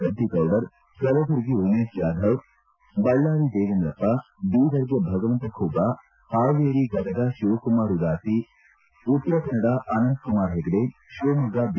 ಗದ್ದಿಗೌಡರ್ ಕಲಬುರಗಿ ಉಮೇಶ್ ಜಾಧವ್ ಬಳ್ಳಾರಿ ದೇವೇಂದ್ರಪ್ಪ ಬೀದರ್ಗೆ ಭಗವಂತ ಖೂಬಾ ಹಾವೇರಿ ಗದಗ ಶಿವಕುಮಾರ್ ಉದಾಸಿ ಉತ್ತರ ಕನ್ನಡ ಅನಂತಕುಮಾರ್ ಪೆಗಡೆ ಶಿವಮೊಗ್ಗ ಬಿ